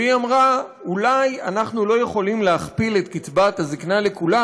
והיא אמרה: אולי אנחנו לא יכולים להכפיל את קצבת הזקנה לכולם,